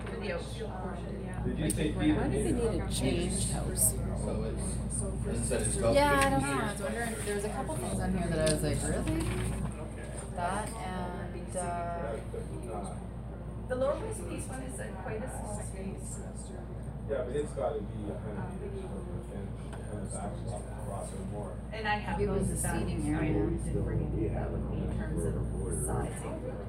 Video. Um, yeah. They do Like say the be grand- the Why does leader it need of to the change leaders. how we're seeing it? So it's- it's So been for said it's sister- about Yeah, I fifty don't know. I years. was wondering- there was a couple things on here that I was like, really? That Okay. and, uh, The lower waist piece one is a- quite a small space. Yeah, but it's gotta be a hundred years, so it's gotta be kind of- kind of backlog, a lot more. And I have Maybe it was those a back- seating area I- and didn't bring it. that would be in terms of size. Word. Size.